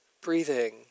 breathing